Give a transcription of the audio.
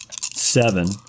seven